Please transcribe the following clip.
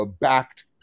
backed